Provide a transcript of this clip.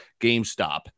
GameStop